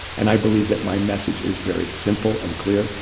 and i believe that my message is very simple and clear,